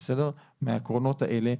מהעקרונות האלה,